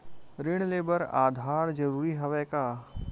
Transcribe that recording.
ऋण ले बर आधार जरूरी हवय का?